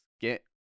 get